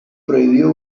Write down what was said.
prohibió